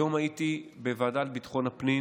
היום הייתי בוועדה לביטחון הפנים